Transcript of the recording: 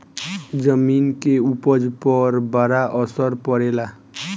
जमीन के उपज पर बड़ा असर पड़ेला